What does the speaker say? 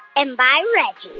and bye, reggie